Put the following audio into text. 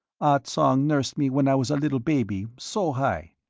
ah tsong nursed me when i was a little baby so high.